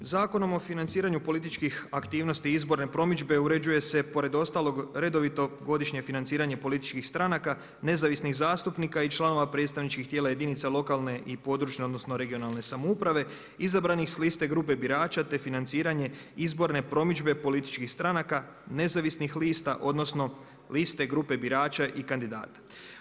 Zakonom o financiranju političkih aktivnosti i izborne promidžbe, uređuje se pored ostalog, redovito godišnje financiranje političkih stranaka, nezavisnih zastupnika i članova predstavničkih tijela jedinica lokalne i područne (regionalne) samouprave izabranih s liste grupe birača, te financiranje izborne promidžbe, političkih stranaka nezavisnih lista, odnosno, liste grupe birača i kandidata.